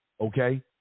okay